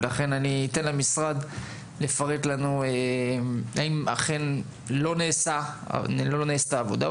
ולכן אתן למשרד אפשרות לפרט לנו האם לא נעשתה עבודה,